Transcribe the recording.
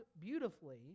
beautifully